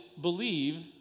believe